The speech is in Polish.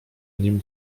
nim